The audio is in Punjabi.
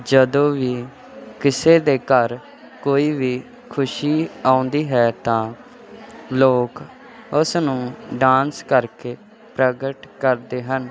ਜਦੋਂ ਵੀ ਕਿਸੇ ਦੇ ਘਰ ਕੋਈ ਵੀ ਖੁਸ਼ੀ ਆਉਂਦੀ ਹੈ ਤਾਂ ਲੋਕ ਉਸਨੂੰ ਡਾਂਸ ਕਰਕੇ ਪ੍ਰਗਟ ਕਰਦੇ ਹਨ